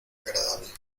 agradable